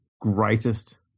greatest